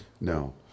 No